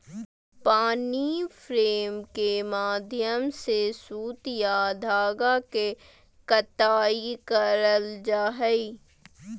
पानी फ्रेम के माध्यम से सूत या धागा के कताई करल जा हय